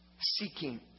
seeking